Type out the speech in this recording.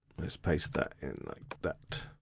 let's paste that in like that.